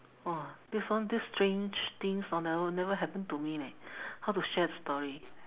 !wah! this one these strange things orh never never happen to me leh how to share the story